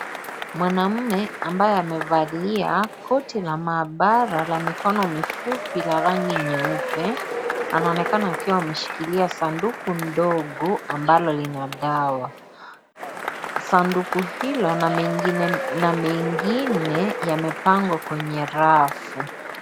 Mwanaume ambaye amevalia koti la maabara la mikono mifupi la rangi nyeupe anaonekana akiwa ameshikilia sanduku ndogo ambalo lina dawa. Sanduku hilo na mengine yamepangwa kwenye rafu.